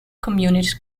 community